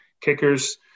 kickers